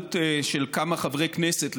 התנהלות של כמה חברי כנסת,